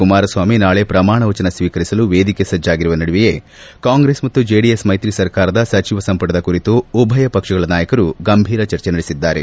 ಕುಮಾರಸ್ವಾಮಿ ನಾಳೆ ಪ್ರಮಾಣವಚನ ಸ್ವೀಕರಿಸಲು ವೇದಿಕೆ ಸಜ್ಜಾಗಿರುವ ನಡುವೆಯೇ ಕಾಂಗ್ರೆಸ್ ಮತ್ತು ಜೆಡಿಎಸ್ ಮೈತ್ರಿ ಸರ್ಕಾರದ ಸಚಿವ ಸಂಪುಟದ ಕುರಿತು ಉಭಯ ಪಕ್ಷಗಳ ನಾಯಕರು ಗಂಭೀರ ಚರ್ಚಿ ನಡೆಸಿದ್ದಾರೆ